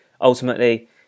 ultimately